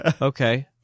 Okay